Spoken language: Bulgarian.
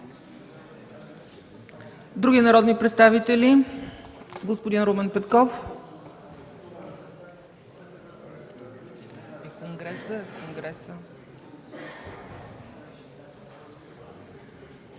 Други народни представители? Господин Румен Петков.